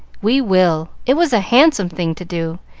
we will. it was a handsome thing to do,